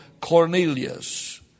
Cornelius